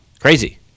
crazy